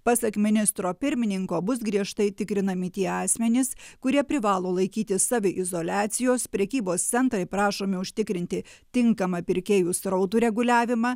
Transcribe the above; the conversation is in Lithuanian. pasak ministro pirmininko bus griežtai tikrinami tie asmenys kurie privalo laikytis saviizoliacijos prekybos centrai prašomi užtikrinti tinkamą pirkėjų srautų reguliavimą